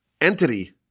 entity